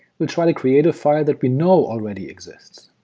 we'll try to create a file that we know already exists